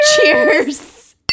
Cheers